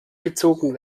gezogen